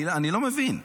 אני לא מבין.